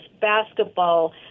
basketball